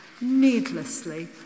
needlessly